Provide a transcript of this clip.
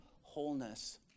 wholeness